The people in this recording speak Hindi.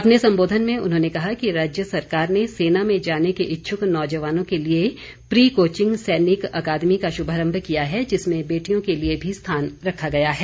अपने संबोधन में उन्होंने कहा कि राज्य सरकार ने सेना में जाने के इच्छुक नौजवानों के लिए प्री कोचिंग सैनिक अकादमी का श्भारम्भ किया है जिसमें बेटियों के लिए भी स्थान रखा गया है